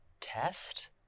test